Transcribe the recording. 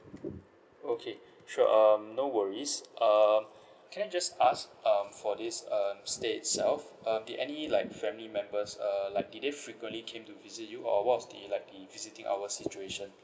okay sure um no worries err can I just ask um for this um stay itself uh did any like family members uh like did they frequently came to visit you or what was the like the visiting hour situation